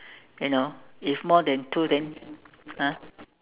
you know if more than two than !huh!